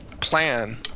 plan